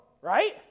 right